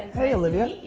hey olivia.